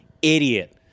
idiot